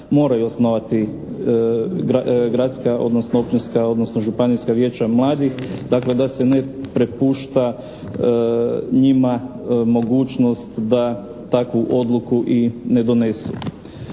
moraju osnovati gradska odnosno općinska odnosno županijska vijeća mladih, da se ne prepušta njima mogućnost da takvu odluku i ne donese.